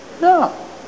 No